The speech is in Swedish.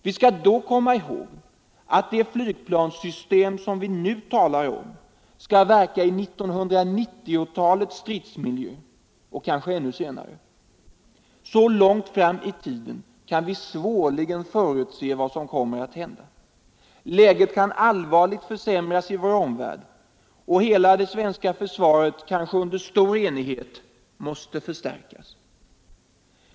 Vi skall då komma ihåg att det flygplanssystem som vi här talar om skall verka i 1990-talets stridsmiljö och kanske ännu senare. Så långt fram i tiden kan vi svårligen förutse vad som kommer att hända. Läget kan allvarligt försämras i vår omvärld, och hela det svenska försvaret måste kanske under stor enighet förstärkas.